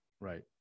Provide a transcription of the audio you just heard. Right